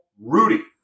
Rudy